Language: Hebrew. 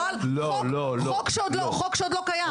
לא על חוק שעוד לא קיים.